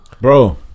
Bro